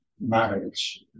marriage